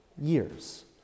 years